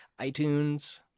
iTunes